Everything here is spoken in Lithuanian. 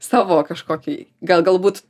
savo kažkokį gal galbūt